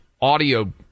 audio